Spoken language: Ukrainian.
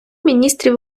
міністрів